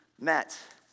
met